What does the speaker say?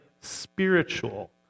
spiritual